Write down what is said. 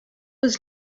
was